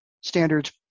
standards